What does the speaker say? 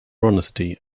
honesty